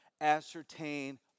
ascertain